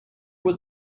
was